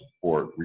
support